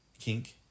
kink